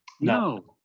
no